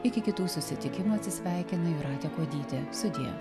iki kitų susitikimų atsisveikina jūratė kuodytė sudie